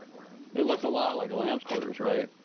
it looks a lot like lamb's quarters right.